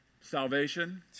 Salvation